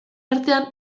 artean